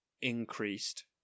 increased